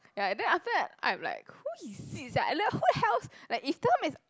ya and then after that I'm like who is it sia and then who the else like if Tom is